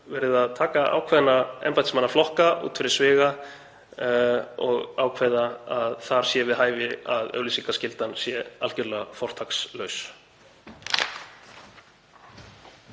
verið að taka ákveðna embættismannaflokka út fyrir sviga og ákveða að þar sé við hæfi að auglýsingaskyldan sé algerlega fortakslaus.